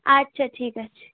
আচ্ছা ঠিক আছে